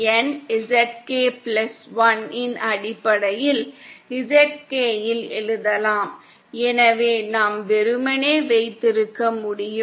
என் ZK 1 இன் அடிப்படையில் ZK இல் எழுதலாம் எனவே நாம் வெறுமனே வைத்திருக்க முடியும்